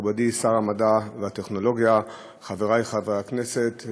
מכובדי שר המדע והטכנולוגיה, חברי חברי הכנסת,